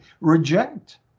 reject